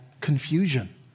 confusion